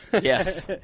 Yes